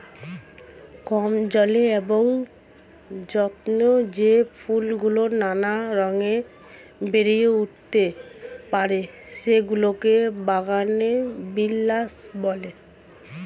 কম জলে এবং যত্নে যেই ফুলগুলো নানা রঙে বেড়ে উঠতে পারে, সেগুলোকে বাগানবিলাস বলে